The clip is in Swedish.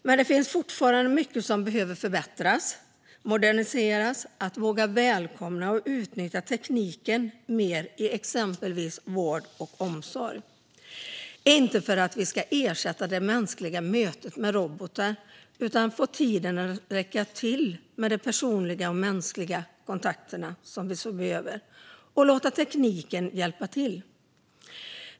Men det finns fortfarande mycket som behöver förbättras och moderniseras, och vi behöver våga välkomna och utnyttja tekniken mer i exempelvis vård och omsorg, inte för att vi ska ersätta det mänskliga mötet med robotar utan för att få tiden att räcka till de personliga och mänskliga kontakter som vi så väl behöver och låta tekniken hjälpa till.